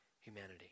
humanity